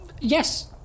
Yes